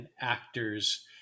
actors